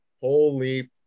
holy